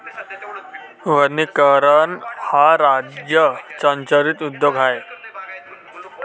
वनीकरण हा राज्य संरक्षित उद्योग आहे